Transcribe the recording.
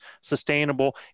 sustainable